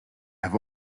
have